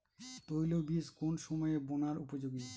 তৈলবীজ কোন সময়ে বোনার উপযোগী?